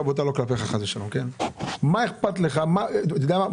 בוטה ולא כלפיך חס ושלום ואני שואל מה אתה